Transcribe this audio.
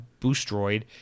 Boostroid